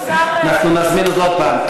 אנחנו נזמין אותו עוד פעם.